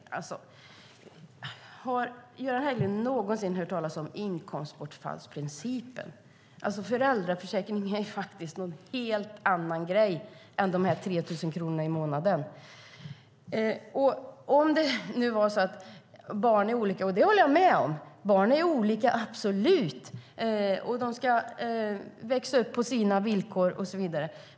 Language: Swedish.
Har Göran Hägglund någonsin hört talas om inkomstbortfallsprincipen? Föräldraförsäkringen är faktiskt en helt annan grej än de här 3 000 kronorna i månaden. Jag håller med om att barn är olika; barn är absolut olika, och de ska växa upp på sina villkor och så vidare.